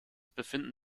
befinden